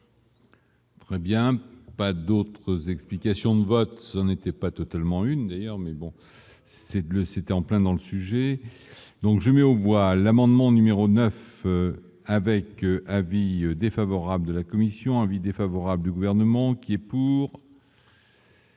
Très bien, pas d'autres explications de vote n'était pas totalement une d'ailleurs, mais bon c'est le c'était en plein dans le sujet. Donc je mets au voile amendement numéro 9 avec avis défavorable de la commission avis défavorable du gouvernement qui est pour.